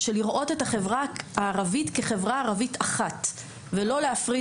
לראות את החברה הערבית כאחת ולא להפריד